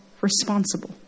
responsible